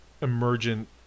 emergent